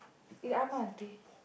uh ஆமா:aama auntie